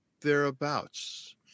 thereabouts